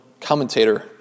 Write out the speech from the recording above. commentator